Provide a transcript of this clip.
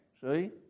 See